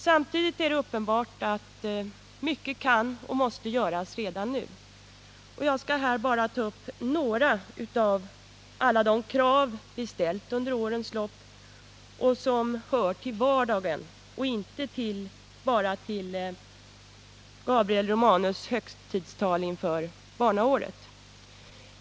Samtidigt är det uppenbart att mycket kan och måste göras redan nu. Jag skall här bara ta upp några av alla de krav vi ställt under årens lopp och som hör till vardagen — och inte bara till Gabriel Romanus högtidstal inför barnåret.